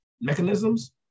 mechanisms